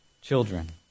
children